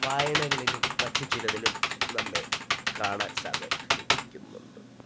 വായനകളിലും മറ്റു ചിലതിലും നമ്മെ കാണാൻ സഹായിക്കുന്നുണ്ട്